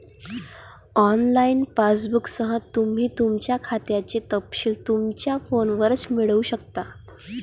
online पासबुकसह, तुम्ही तुमच्या खात्याचे तपशील तुमच्या फोनवरच मिळवू शकता